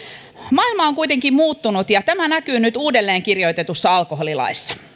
maailma on kuitenkin muuttunut ja tämä näkyy nyt uudelleen kirjoitetussa alkoholilaissa